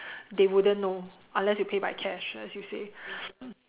they wouldn't know unless you pay by cash as you said